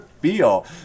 feel